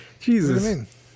Jesus